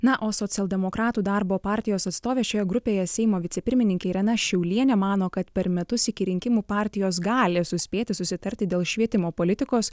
na o socialdemokratų darbo partijos atstovė šioje grupėje seimo vicepirmininkė irena šiaulienė mano kad per metus iki rinkimų partijos gali suspėti susitarti dėl švietimo politikos